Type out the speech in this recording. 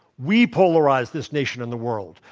we polarized this nation and the world.